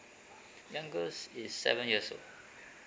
youngest is seven years old